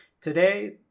today